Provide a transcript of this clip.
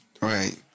Right